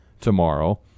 tomorrow